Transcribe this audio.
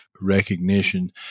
recognition